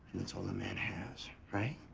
that's all a man has. right?